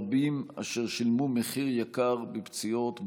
רבים אשר שילמו מחיר יקר בפציעות,